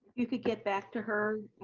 you could get back to her